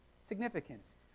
significance